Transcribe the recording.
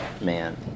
man